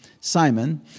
Simon